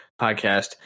podcast